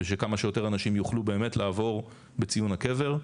בשביל שכמה שיותר אנשים יוכלו באמת לעבור בציון הקבר.